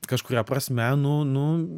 kažkuria prasme nu nu